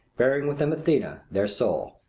bearing with them athena, their soul.